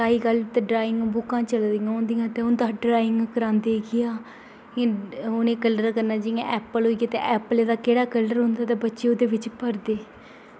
अजकल्ल ते ड्राइंग बुक्कां चली दियां होंदियां तां ओह् ड्राइंग करांदे केह् हा ओह् उ'नें गी कल्लर करना जि'यां एप्पल होंदा ते एप्पल दा केह्ड़ा कल्लर होंदा ते एह्दे बिच्च जाना